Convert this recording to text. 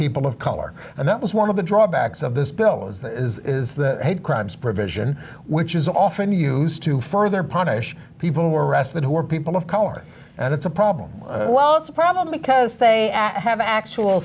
people of color and that was one of the drawbacks of this bill is the hate crimes provision which is often used to further punish people who are arrested who are people of color and it's a problem well it's a problem because they have actual